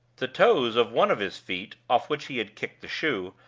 the toes of one of his feet, off which he had kicked the shoe,